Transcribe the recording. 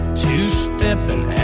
two-stepping